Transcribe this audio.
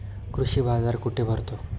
कृषी बाजार कुठे भरतो?